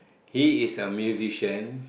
he is a musician